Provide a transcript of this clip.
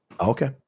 Okay